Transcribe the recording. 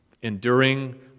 Enduring